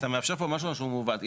אתה מאפשר פה משהו שהוא מעוות.